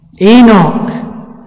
Enoch